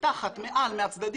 מתחת, מעל, מהצדדים.